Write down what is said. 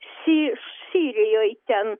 si sirijoj ten